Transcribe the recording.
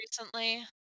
recently